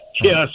yes